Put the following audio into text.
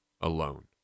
alone